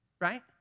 right